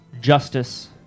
justice